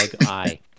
eye